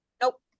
Nope